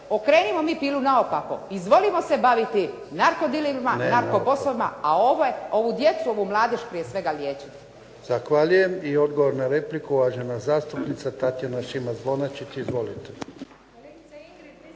okrenimo mi pilu naopako, izvolimo se baviti narkodilerima, narokobossovima, a ovu djecu, ovu mladež prije svega liječimo. **Jarnjak, Ivan (HDZ)** Zahvaljujem. I odgovor ne repliku, uvažena zastupnica Tatjana Šimac-Bonačić. Izvolite.